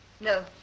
No